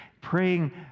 praying